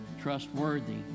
trustworthy